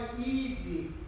easy